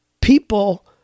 people